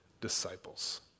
disciples